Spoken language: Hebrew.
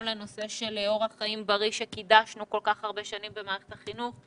גם את נושא אורח חיים בריא שקידשנו כל כך הרבה שנים במערכת החינוך,